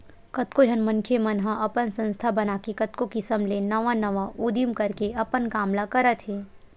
कतको झन मनखे मन ह अपन संस्था बनाके कतको किसम ले नवा नवा उदीम करके अपन काम ल करत हे